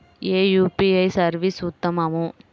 ఏ UPI service ఉత్తమము?